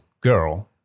girl